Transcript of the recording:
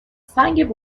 سنگ